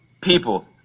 people